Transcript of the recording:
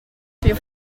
più